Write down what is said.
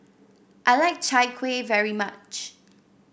I like Chai Kueh very much